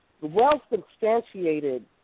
well-substantiated